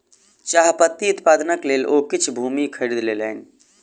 चाह पत्ती उत्पादनक लेल ओ किछ भूमि खरीद लेलैन